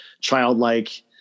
childlike